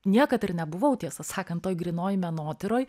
niekad ir nebuvau tiesą sakant toj grynoj menotyroj